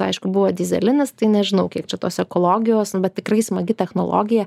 aišku buvo dyzelinis tai nežinau kiek čia tos ekologijos bet tikrai smagi technologija